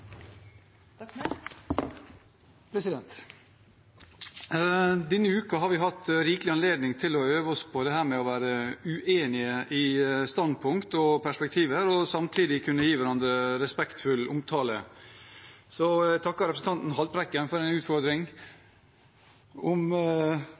Denne uken har vi hatt rikelig anledning til å øve oss på dette med å være uenig i standpunkt og perspektiver og samtidig kunne gi hverandre respektfull omtale. Jeg takker representanten Haltbrekken for